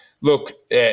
look